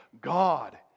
God